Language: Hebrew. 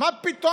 מה פתאום?